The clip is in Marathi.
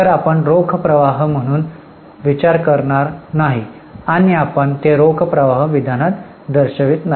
तर आपण रोख प्रवाह म्हणून विचार करणार नाही आणि आपण ते रोख प्रवाह विधानात दर्शवित नाही